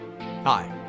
Hi